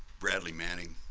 bradley manning,